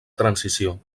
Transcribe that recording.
transició